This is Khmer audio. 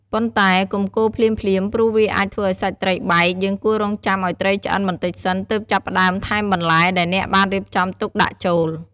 ប៉ុន្តែ កុំកូរភ្លាមៗ ព្រោះវាអាចធ្វើឱ្យសាច់ត្រីបែក យើងគួររង់ចាំឱ្យត្រីឆ្អិនបន្តិចសិន ទើបចាប់ផ្ដើម ថែមបន្លែ ដែលអ្នកបានរៀបចំទុកដាក់ចូល។